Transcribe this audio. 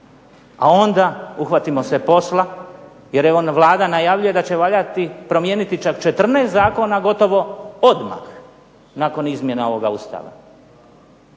A onda uhvatimo se posla, jer evo Vlada najavljuje da će valjati promijeniti čak 14 zakona gotovo odmah nakon izmjena ovoga Ustava.